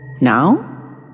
Now